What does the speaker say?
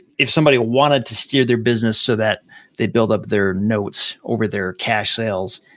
if somebody wanted to steer their business so that they build up their notes over their cash sales?